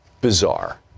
Bizarre